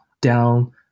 down